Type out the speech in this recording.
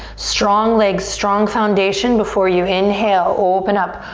strong legs, strong foundation before you inhale. open up,